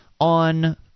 on